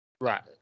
Right